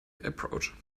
approach